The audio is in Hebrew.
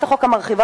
חברי חברי הכנסת,